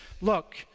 look